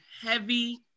heavy